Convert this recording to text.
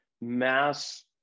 mass